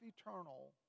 eternal